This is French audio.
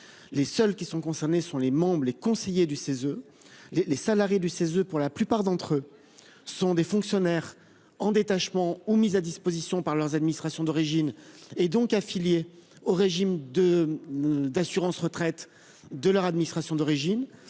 les seuls qui sont concernés sont les membres, les conseillers du CESE. Les les salariés du CESE, pour la plupart d'entre eux. Sont des fonctionnaires en détachement ou mise à disposition par leur administration d'origine et donc affiliés au régime de. D'assurance-retraite de leur administration d'origine,